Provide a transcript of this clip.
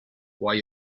why